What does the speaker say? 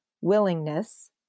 willingness